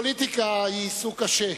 פוליטיקה היא עיסוק קשה,